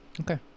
Okay